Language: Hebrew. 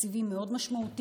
בתקציבים מאוד משמעותיים,